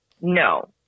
no